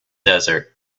desert